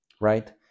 right